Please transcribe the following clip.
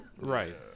Right